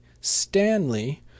stanley